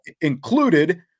included